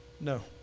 no